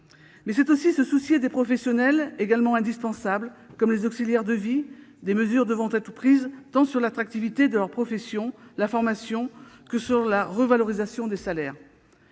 C'est également se soucier des professionnels, tout aussi indispensables, comme les auxiliaires de vie. Des mesures devront être prises tant sur l'attractivité de leur profession et sur la formation que sur la revalorisation des salaires.